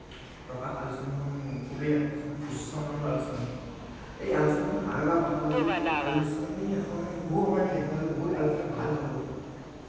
প্ৰকাশ আলোচনীখন খুবেই এখন উচ্চ মানদণ্ডৰ আলোচনী এই আলোচনীখনৰ আৰু এটা কথা হ'ল যে যিহেতু আলোচনী এখন বহু সময়ত আমি দেখা যে বহুত আলোচনী ভাল হ'লেও